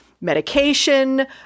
medication